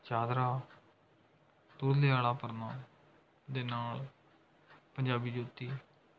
ਚਾਦਰਾ ਤੁਰਲੇ ਵਾਲਾ ਪਰਨਾ ਦੇ ਨਾਲ ਪੰਜਾਬੀ ਜੁੱਤੀ